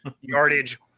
yardage